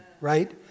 right